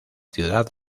ciudad